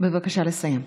בבקשה לסיים.